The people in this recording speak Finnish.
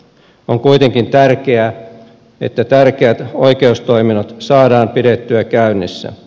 on kuitenkin tärkeää että tärkeät oikeustoiminnot saadaan pidettyä käynnissä